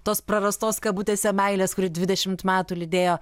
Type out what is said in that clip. tos prarastos kabutėse meilės kuri dvidešimt metų lydėjo